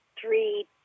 three